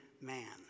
man